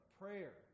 prayer